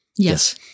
Yes